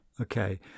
Okay